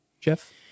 Jeff